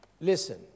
Listen